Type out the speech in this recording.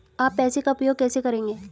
आप पैसे का उपयोग कैसे करेंगे?